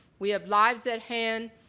we have lives at hand,